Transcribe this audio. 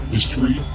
History